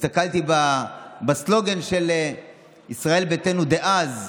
הסתכלתי בסלוגן של ישראל ביתנו דאז,